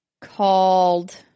called